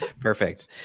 Perfect